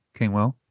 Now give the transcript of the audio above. Kingwell